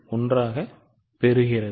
1 ஆகப் பெறுகிறது